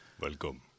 Welcome